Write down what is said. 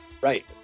Right